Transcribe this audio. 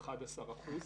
11 אחוזים.